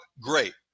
Great